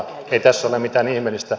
ei tässä ole mitään ihmeellistä